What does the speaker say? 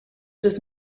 does